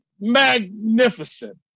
magnificent